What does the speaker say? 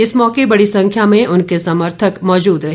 इस मौके बड़ी संख्या में उनके समर्थक मौजूद रहे